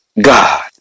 God